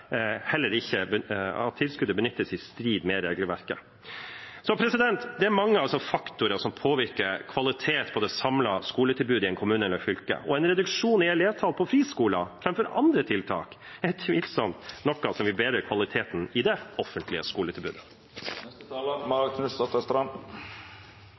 Det er mange faktorer som påvirker kvaliteten på det samlede skoletilbudet i en kommune eller et fylke. Det er tvilsomt at en reduksjon i elevtallet på friskoler framfor andre tiltak er noe som vil bedre kvaliteten i det offentlige skoletilbudet.